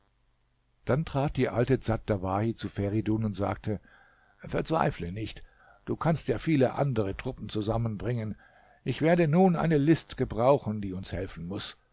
dann trat die alte dsat dawahi zu feridun und sagte verzweifle nicht du kannst ja viele andere truppen zusammenbringen ich werde nun eine list gebrauchen die uns helfen muß